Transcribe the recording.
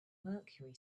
mercury